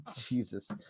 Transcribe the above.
Jesus